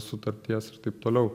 sutarties ir taip toliau